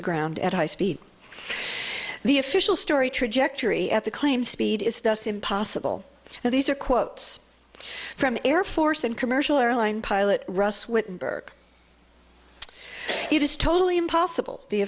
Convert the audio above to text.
the ground at high speed the official story trajectory at the claim speed is thus impossible and these are quotes from air force and commercial airline pilot russ wittenberg it is totally impossible the